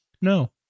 no